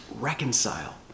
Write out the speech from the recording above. reconcile